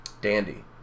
Dandy